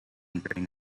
entering